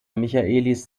michaelis